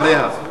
אחריה.